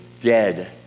dead